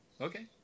Okay